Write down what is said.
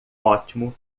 ótimo